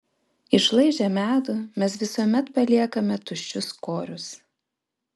išlaižę medų mes visuomet paliekame tuščius korius